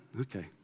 Okay